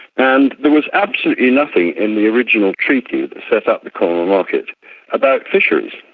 and there was absolutely nothing in the original treaty that set up the common market about fisheries.